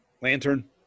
lantern